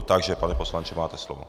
Takže pane poslanče, máte slovo.